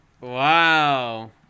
Wow